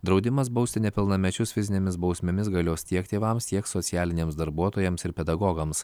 draudimas bausti nepilnamečius fizinėmis bausmėmis galios tiek tėvams tiek socialiniams darbuotojams ir pedagogams